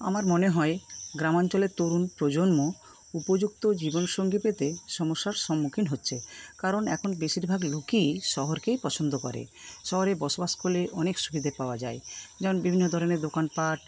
আমার মনে হয় গ্রামাঞ্চলের তরুণ প্রজন্ম উপযুক্ত জীবনসঙ্গী পেতে সমস্যার সম্মুখীন হচ্ছে কারণ এখন বেশিরভাগ লোকই শহরকেই পছন্দ করে শহরে বসবাস করলে অনেক সুবিধে পাওয়া যায় যেমন বিভিন্ন ধরণের দোকানপাট